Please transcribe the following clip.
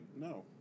no